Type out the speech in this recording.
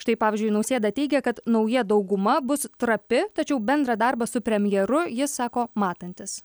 štai pavyzdžiui nausėda teigia kad nauja dauguma bus trapi tačiau bendrą darbą su premjeru jis sako matantis